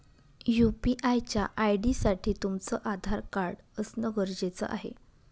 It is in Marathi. यू.पी.आय च्या आय.डी साठी तुमचं आधार कार्ड असण गरजेच आहे